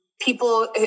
people